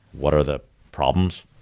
what are the problems?